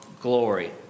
glory